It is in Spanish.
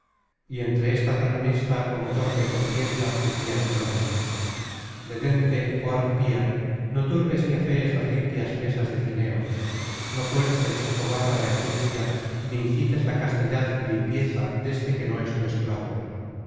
y entre esta tan honesta como torpe contienda decia antonio detente oh arpía no turbes ni afees las limpias mesas de fineo no fuerces oh bárbara egipcia ni incites la castidad y limpieza deste que no es tu esclavo